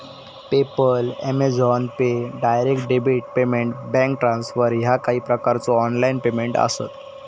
PayPal, Amazon pay, direct debit payment, bank transfer ह्या काही प्रकारचो ऑनलाइन पेमेंट आसत